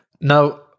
Now